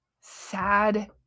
sad